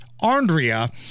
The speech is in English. Andrea